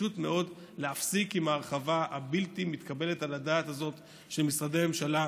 פשוט מאוד להפסיק עם ההרחבה הבלתי-מתקבלת על הדעת הזאת של משרדי ממשלה.